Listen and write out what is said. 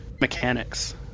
mechanics